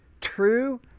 True